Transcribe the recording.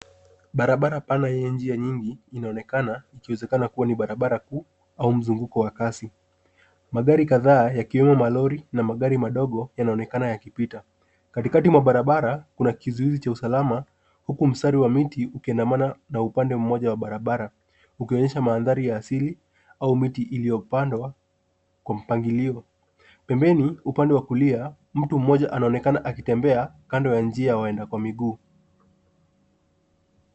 Barabara pana yenye njia nyingi inaonekana ikiwezekana kuwa ni barabara kuu au mzunguko wa kasi. Magari kadhaa yakiwemo malori na magari madogo yanaonekana yakipita. Katikati mwa barabara kuna kizuizi cha usalama huku mstari wa miti ukiendamana na upande mmoja wa barabara ukionyesha maandhari ya asili au miti iliyopandwa kwa mpangilio. Pembeni upande wa kulia mtu mmoja anaonekana akitembea kando ya njia waenda kwa miguu.